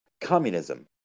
communism